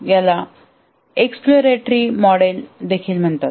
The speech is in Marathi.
याला एक्स्प्लोरेटरी मॉडेल देखील म्हणतात